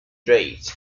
grades